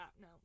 no